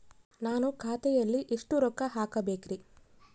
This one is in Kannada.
ನಾನು ಖಾತೆಯಲ್ಲಿ ಎಷ್ಟು ರೊಕ್ಕ ಹಾಕಬೇಕ್ರಿ?